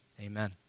Amen